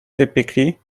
typically